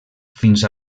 fins